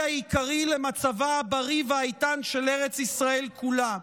העיקרי למצבה הבריא והאיתן של ארץ ישראל כולה.